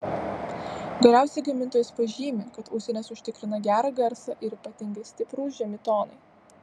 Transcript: galiausiai gamintojas pažymi kad ausinės užtikrina gerą garsą ir ypatingai stiprūs žemi tonai